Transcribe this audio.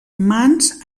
mans